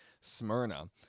Smyrna